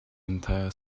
entire